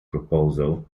proposal